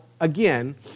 again